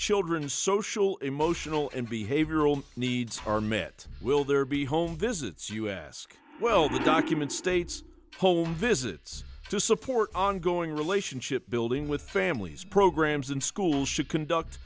children's social emotional and behavioral needs are met will there be home visits you ask well the documents states home visits to support ongoing relationship building with families programs and schools should conduct